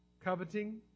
Coveting